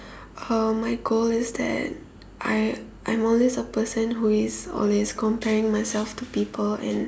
uh my goal is that I I'm always a person who is always comparing myself to people and